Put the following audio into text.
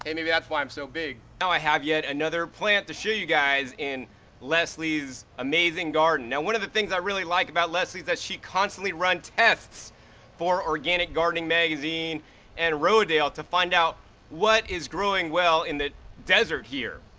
and maybe that's why i'm so big. now i have yet another plant to show you guys in leslie's amazing garden. now one of the things i really like about leslie is she constantly runs tests for organic gardening magazine and rodale to find out what is growing well in the desert here.